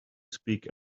speak